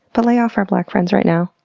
but lay off our black friends right now.